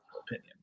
opinion